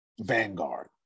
Vanguard